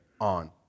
on